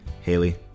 Haley